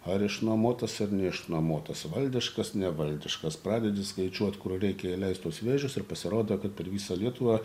ar išnuomotas ir neišnuomotas valdiškas nevaldiškas pradedi skaičiuot kur reikia įleist tuos vėžius ir pasirodo kad per visą lietuvą